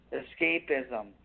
escapism